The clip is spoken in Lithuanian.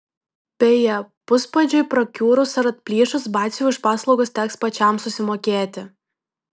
beje puspadžiui prakiurus ar atplyšus batsiuviui už paslaugas teks pačiam susimokėti